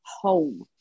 home